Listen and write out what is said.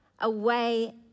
away